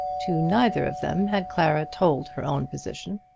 to neither of them had clara told her own position.